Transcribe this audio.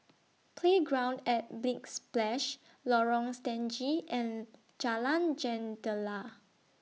Playground At Big Splash Lorong Stangee and Jalan Jendela